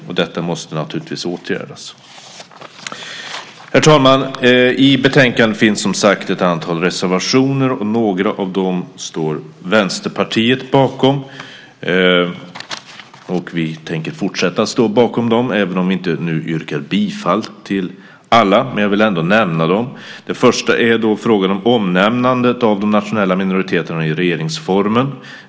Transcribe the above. Och detta måste naturligtvis åtgärdas. Herr talman! I betänkandet finns som sagt ett antal reservationer, och några av dem står Vänsterpartiet bakom, och vi tänker fortsätta att stå bakom dem även om jag nu inte yrkar bifall till alla. Men jag vill ändå nämna dem. Den första handlar om frågan om omnämnandet av de nationella minoriteterna i regeringsformen.